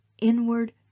inward